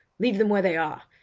leave them where they are.